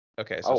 Okay